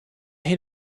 hid